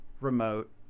remote